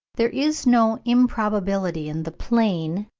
there is no improbability in the plain,